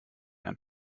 ein